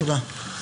תודה.